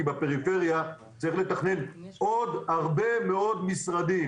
כי בפריפריה צריך לתכנן עוד הרבה מאוד משרדים